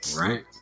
Right